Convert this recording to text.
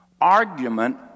argument